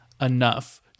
enough